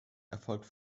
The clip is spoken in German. erfolgt